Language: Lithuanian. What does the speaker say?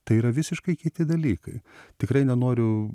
tai yra visiškai kiti dalykai tikrai nenoriu